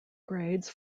grades